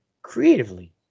creatively